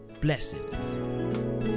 blessings